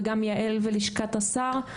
וגם יעל ולשכת השר.